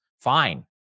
fine